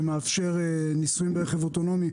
שמאפשר ניסויים ברכב אוטונומי,